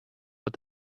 but